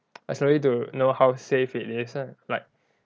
I slowly to know how to safe is it lah like